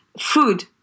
food